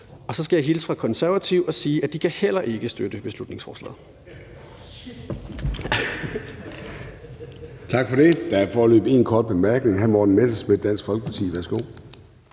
Og så skal jeg hilse fra Konservative og sige, at de heller ikke kan støtte beslutningsforslaget.